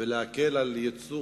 ולהקל בייצור